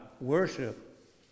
Worship